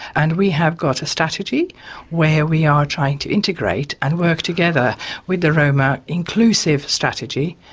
and we have got a strategy where we are trying to integrate and work together with the roma inclusive strategy.